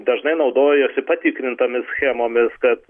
dažnai naudojosi patikrintomis schemomis kad